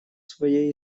своей